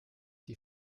die